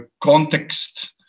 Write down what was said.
context